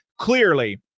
clearly